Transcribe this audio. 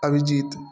Abhijit